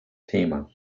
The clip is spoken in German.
thema